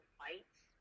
fights